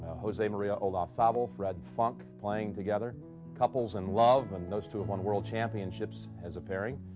jose maria olazabal, fred funk playing together couples and love, and those two have won world championships as a pairing.